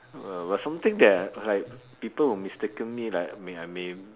uh but something that like people will mistaken me like may I may